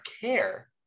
care